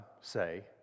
say